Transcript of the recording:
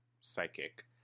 psychic